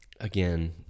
again